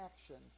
actions